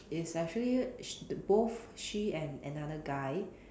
it's actually sh~ both she and another guy